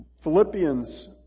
Philippians